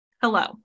Hello